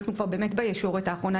אנחנו באמת כבר בישורת האחרונה.